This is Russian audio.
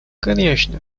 конечно